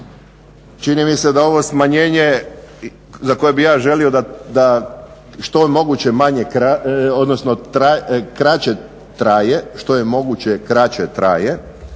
čini mi se da ovo smanjenje za koje bih ja želio da što je moguće kraće traje